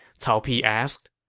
cao pi asked.